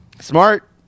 smart